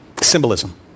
Symbolism